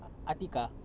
ah atiqah